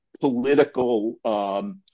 political